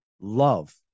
love